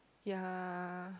ya